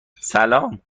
سلام